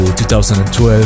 2012